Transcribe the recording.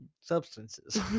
substances